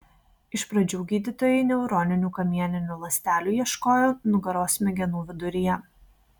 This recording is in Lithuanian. iš pradžių gydytojai neuroninių kamieninių ląstelių ieškojo nugaros smegenų viduryje